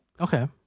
Okay